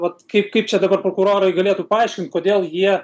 vat kaip kaip čia dabar prokurorai galėtų paaiškint kodėl jie